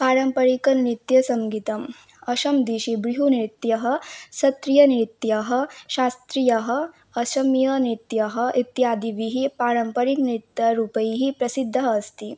पारम्परिकनृत्यसङ्गीतम् असमदेशे ब्रिहुनृत्यं सत्रियनृत्यं शास्रियम् असमीयनृत्यम् इत्यादिभिः पारम्पर्यनृत्यरूपैः प्रसिद्धः अस्ति